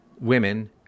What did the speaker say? women